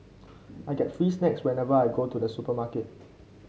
I get free snacks whenever I go to the supermarket